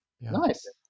Nice